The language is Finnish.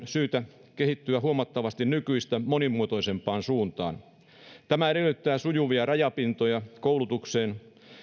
syytä kehittyä huomattavasti nykyistä monimuotoisempaan suuntaan tämä edellyttää sujuvia rajapintoja koulutuksesta